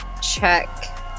check